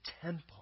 temple